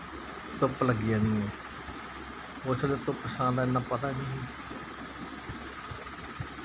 धुप्प लग्गी जानी ऐ उसलै धुप्प शां दा इ'न्ना पता निं ही